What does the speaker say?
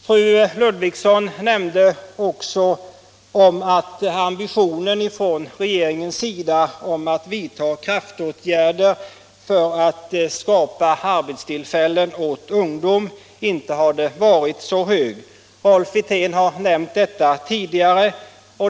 Fru Ludvigsson sade också att ambitionen ifrån regeringens sida i fråga om kraftåtgärder för att skapa arbetstillfällen åt ungdom inte skulle varit så hög. Herr Rolf Wirtén tog ju upp detta tidigare.